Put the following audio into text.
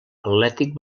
atlètic